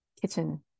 kitchen